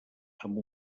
amb